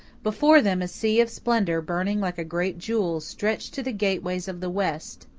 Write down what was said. before them a sea of splendour, burning like a great jewel, stretched to the gateways of the west.